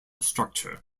structure